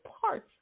parts